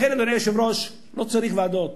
לכן, אדוני היושב-ראש, לא צריך ועדות.